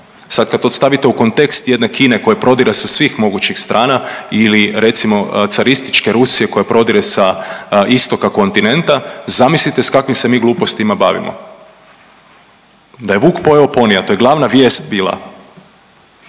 Sad kad to stavite u kontekst jedne Kine koja prodire sa svih mogućih strana ili recimo carističke Rusije koja prodire sa istoka kontinenta, zamislite s kakvim se mi glupostima bavimo. Da je vuk pojeo ponija to je glavna vijest bila,